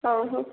ହୋଉ ହୋଉ